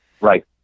right